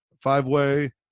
five-way